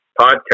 podcast